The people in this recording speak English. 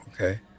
okay